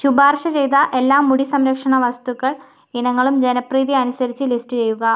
ശുപാർശ ചെയ്ത എല്ലാ മുടി സംരക്ഷണ വസ്തുക്കൾ ഇനങ്ങളും ജനപ്രീതി അനുസരിച്ച് ലിസ്റ്റ് ചെയ്യുക